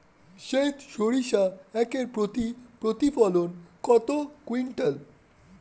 সেত সরিষা একর প্রতি প্রতিফলন কত কুইন্টাল?